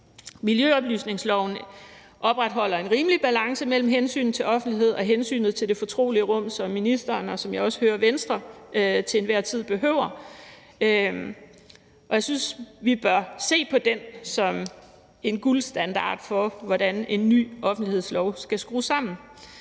Miljøoplysningsloven opretholder en rimelig balance mellem hensynet til offentlighed og hensynet til det fortrolige rum, som jeg hører både ministeren og Venstre til enhver tid behøver. Og jeg synes, vi bør se på den som en guldstandard for, hvordan en ny offentlighedslov skal skrues sammen.